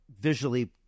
visually